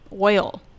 oil